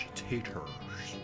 taters